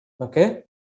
Okay